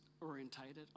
orientated